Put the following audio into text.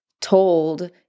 told